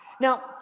Now